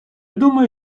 думаю